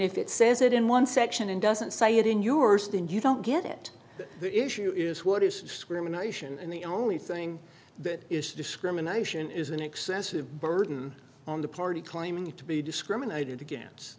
if it says it in one section and doesn't say it in yours then you don't get it the issue is what is screaming nation and the only thing that is discrimination is an excessive burden on the party claiming to be discriminated against